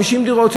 50 דירות,